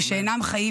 ושאינם חיים,